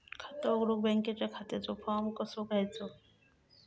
खाता उघडुक बँकेच्या खात्याचो फार्म कसो घ्यायचो?